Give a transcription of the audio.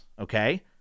okay